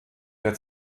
der